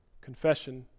confession